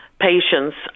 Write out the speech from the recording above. patients